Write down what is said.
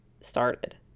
started